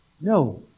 No